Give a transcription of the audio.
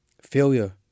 Failure